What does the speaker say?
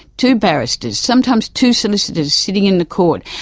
two barristers, sometimes two solicitors sitting in the court,